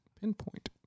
pinpoint